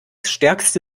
stärkste